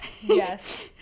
Yes